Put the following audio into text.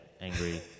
angry